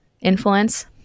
influence